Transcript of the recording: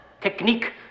technique